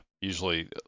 usually